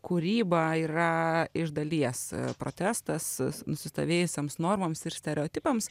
kūryba yra iš dalies protestas nusistovėjusioms normoms ir stereotipams